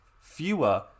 fewer